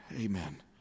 Amen